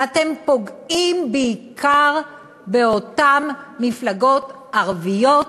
ואתם פוגעים בעיקר במפלגות הערביות.